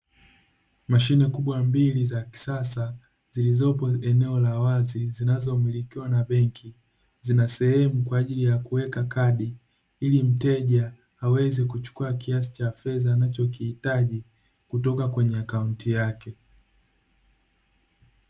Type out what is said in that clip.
Mashine kubwa mbili za kisasa zilipo eneo la wazi zinazomilikiwa na benki, zina sehemu kwa ajili ya kuweka kadi ili mteja aweze kuchukua kiasi cha fedha anachokihitaji kutoka kwenye akaunti yake.